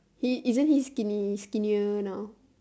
he isn't he skinny skinnier now